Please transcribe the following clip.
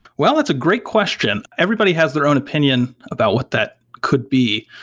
well, it's a great question. everybody has their own opinion about what that could be.